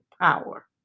power